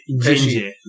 Ginger